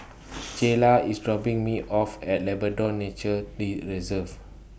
Jayla IS dropping Me off At Labrador Nature Reserve